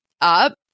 up